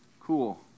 Cool